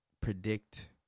predict